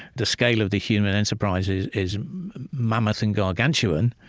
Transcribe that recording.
the scale of the human enterprise is is mammoth and gargantuan,